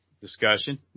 discussion